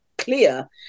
Clear